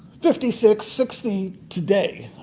fifty six, sixty, today.